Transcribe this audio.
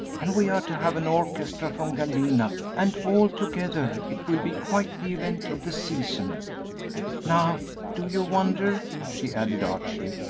and we are to have an orchestra from galena, and altogether it will be quite the event of the season now do you wonder, she added, archly,